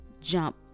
jump